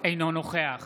אינו נוכח